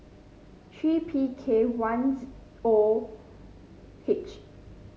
three P K one O H